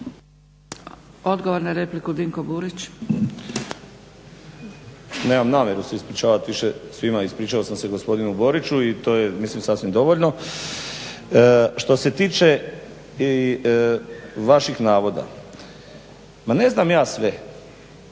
Odgovor na repliku, Dinko Burić.